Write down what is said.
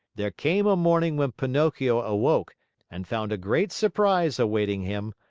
there came a morning when pinocchio awoke and found a great surprise awaiting him,